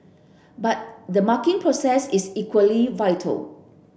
but the marking process is equally vital